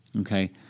okay